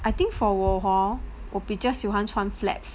I think for 我 hor 我比较喜欢穿 flats